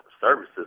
services